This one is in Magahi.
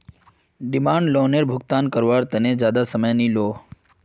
डिमांड लोअनेर भुगतान कारवार तने ज्यादा समय नि इलोह